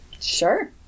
Sure